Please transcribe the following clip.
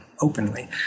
openly